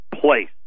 place